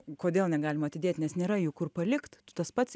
kodėl negalima atidėt nes nėra jų kur palikt tas pats